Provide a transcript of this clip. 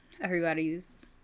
everybody's